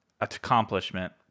accomplishment